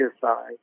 side